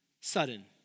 Sudden